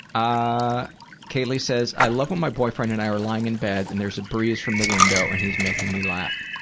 kaylee says, i love when my boyfriend and i are lying in bed and there's a breeze from the window and he's making me laugh.